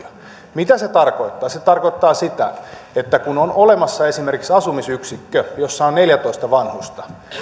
mitä se tarkoittaa se tarkoittaa sitä että kun on olemassa esimerkiksi asumisyksikkö jossa on neljätoista vanhusta niin